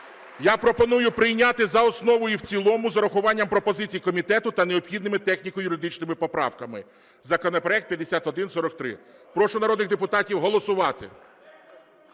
Я пропоную прийняти за основу і в цілому з урахуванням пропозицій комітету та необхідними техніко-юридичними поправками законопроект 5143. Прошу народних депутатів голосувати.